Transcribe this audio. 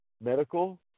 Medical